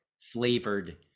flavored